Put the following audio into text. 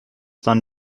dann